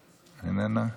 איננה.